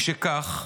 משכך,